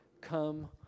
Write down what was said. come